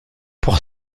pour